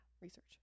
research